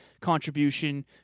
contribution